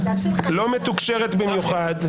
לא מתוקשרת במיוחד.